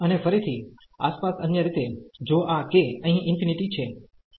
અને ફરીથી આસપાસ અન્ય રીતે જો આ k અહીં ∞ છે